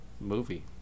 movie